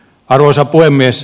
arvoisa puhemies